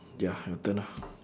ya your turn now